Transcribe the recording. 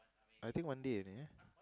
I think one day only eh